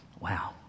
Wow